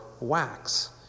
wax